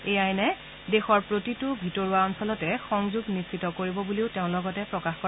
এই আইনে দেশৰ প্ৰতিটো ভিতৰুৱা অঞ্চলতে সংযোগ নিশ্চিত কৰিব বুলিও তেওঁ লগতে প্ৰকাশ কৰে